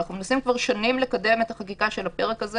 אנחנו מנסים כבר שנים לקדם את החקיקה של הפרק הזה